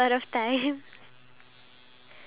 do you think when we